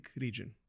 region